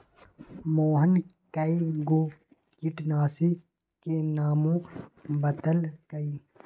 मोहन कै गो किटनाशी के नामो बतलकई